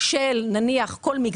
של כל מגזר